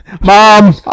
Mom